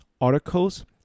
articles